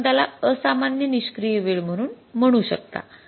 आणि आपण त्याला असामान्य निष्क्रिय वेळ म्हणून म्हणू शकता